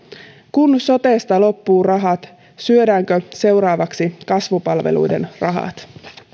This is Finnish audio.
kun sotesta loppuvat rahat syödäänkö seuraavaksi kasvupalveluiden rahat